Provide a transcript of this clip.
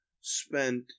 spent